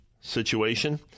situation